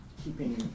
Keeping